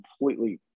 completely